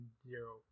zero